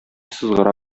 сызгыра